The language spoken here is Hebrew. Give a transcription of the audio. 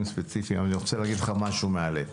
ספציפיים אבל אני רוצה להגיד לך משהו מהלב.